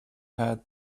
had